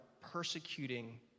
persecuting